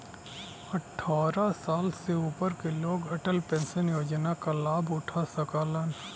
अट्ठारह साल से ऊपर क लोग अटल पेंशन योजना क लाभ उठा सकलन